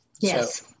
Yes